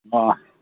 ꯑꯣ